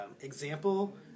example